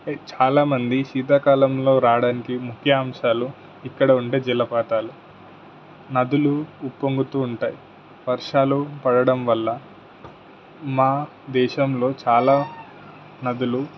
చాలా మంది శీతాకాలంలో రాడానికి ముఖ్య అంశాలు ఇక్కడ ఉండే జలపాతాలు నదులు ఉప్పొంగుతూ ఉంటాయి వర్షాలు పడడం వల్ల మా దేశంలో చాలా నదులు